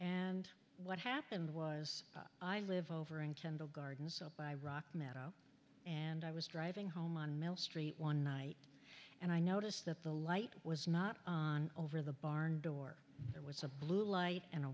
and what happened was i live over in kendall gardens by rock meadow and i was driving home on mill street one night and i noticed that the light was not on over the barn door there was a blue light and a